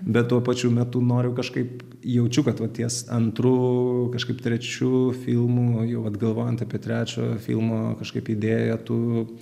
bet tuo pačiu metu noriu kažkaip jaučiu kad va ties antru kažkaip trečiu filmu jau vat galvojant apie trečio filmo kažkaip idėją tu